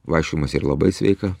vaikščiojimas yra labai sveika